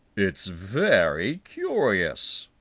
it's very curious,